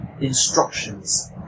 instructions